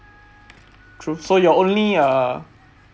true so you're only uh